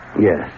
Yes